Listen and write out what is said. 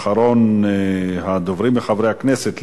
אחרון הדוברים מחברי הכנסת,